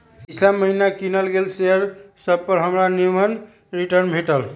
पिछिला महिन्ना किनल गेल शेयर सभपर हमरा निम्मन रिटर्न भेटल